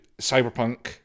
Cyberpunk